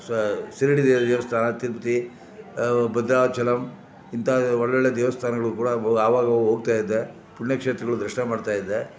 ಸ ಶಿರಡಿ ದೇವಸ್ಥಾನ ತಿರ್ಪತಿ ಭದ್ರಾಚಲಮ್ ಇಂತಹ ಒಳ್ಳೊಳ್ಳೆಯ ದೇವಸ್ಥಾನಗಳಿಗೂ ಕೂಡ ಆವಾಗಾವಾಗ ಹೋಗ್ತಾಯಿದ್ದೆ ಪುಣ್ಯಕ್ಷೇತ್ರಗಳ ದರ್ಶನ ಮಾಡ್ತಾಯಿದ್ದೆ